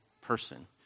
person